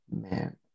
man